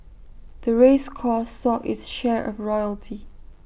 the race course saw its share of royalty